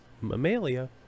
Mammalia